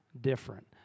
different